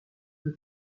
que